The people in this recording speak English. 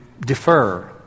defer